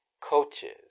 coaches